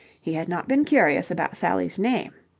he had not been curious about sally's name.